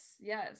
yes